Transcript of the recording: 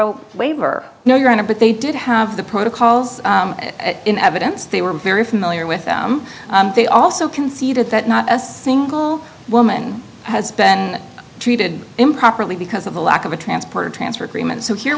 a waiver no your honor but they did have the protocols in evidence they were very familiar with them they also conceded that not a single woman has been treated improperly because of the lack of a transport or transfer agreement so here